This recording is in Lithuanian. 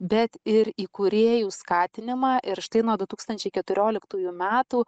bet ir į kūrėjų skatinimą ir štai nuo du tūkstančiai keturioliktųjų metų